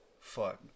fuck